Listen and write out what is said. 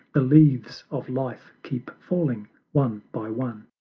the leaves of life keep falling one by one.